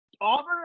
Auburn